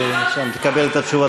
ותקבל את התשובות.